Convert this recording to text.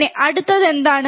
പിന്നെ അടുത്തത് എന്താണ്